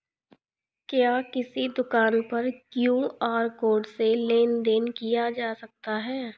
क्या किसी दुकान पर क्यू.आर कोड से लेन देन देन किया जा सकता है?